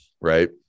right